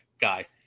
guy